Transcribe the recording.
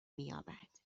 مییابد